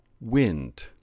wind